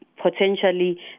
Potentially